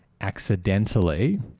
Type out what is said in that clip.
accidentally